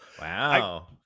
wow